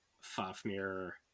Fafnir